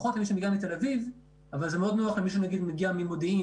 פחות למי שמגיע מתל אביב אבל זה יותר נוח למי שמגיע ממודיעין,